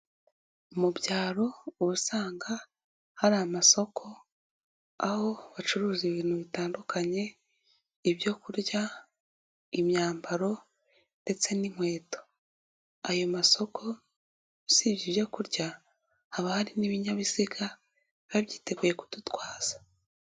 Mu byaro ubu usanga hari amasoko aho bacuruza ibintu bitandukanye, ibyo kurya, imyambaro ndetse n'inkweto. Ayo masoko usibye ibyo kurya, haba hari n'ibinyabiziga biba byiteguye kudutwaza.